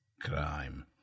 crime